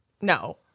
no